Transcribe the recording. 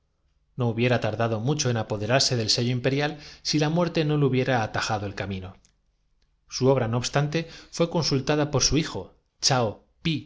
no hubiera tardado mucho en apoderarse del sello imperial si la muerte no le hubie ra atajado el camino su obra no obstante fué consu mada por su hijo